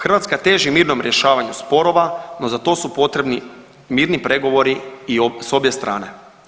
Hrvatska teži mirnom rješavanju sporova, no za to su potrebni mirni pregovori i s obje strane.